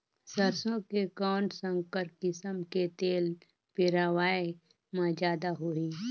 सरसो के कौन संकर किसम मे तेल पेरावाय म जादा होही?